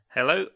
Hello